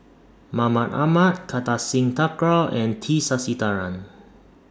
Mahmud Ahmad Kartar Singh Thakral and T Sasitharan